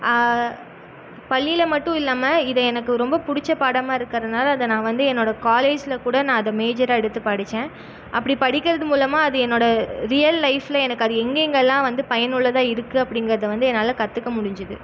பள்ளியில் மட்டும் இல்லாமல் இது எனக்கு ரொம்ப பிடிச்ச பாடமாக இருக்கறதுனால அதை நான் வந்து என்னோடய காலேஜில் கூட நான் அதை மேஜராக எடுத்து படித்தேன் அப்படி படிக்கிறது மூலமாக அது என்னோடய ரியல் லைஃப்பில் எனக்கு அது எங்கெங்கெல்லாம் வந்து பயனுள்ளதாக இருக்குது அப்படிங்கிறத வந்து என்னால் கற்றுக்க முடிஞ்சுது